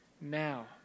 now